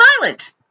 violent